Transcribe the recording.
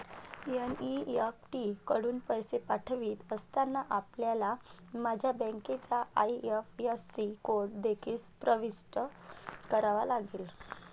NEFT कडून पैसे पाठवित असताना, आपल्याला माझ्या बँकेचा आई.एफ.एस.सी कोड देखील प्रविष्ट करावा लागेल